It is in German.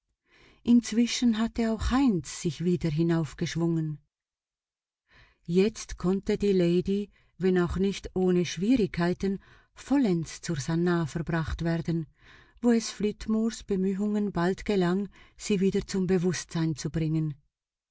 inzwischen hatte auch heinz sich wieder heraufgeschwungen jetzt konnte die lady wenn auch nicht ohne schwierigkeit vollends zur sannah verbracht werden wo es flitmores bemühungen bald gelang sie wieder zum bewußtsein zu bringen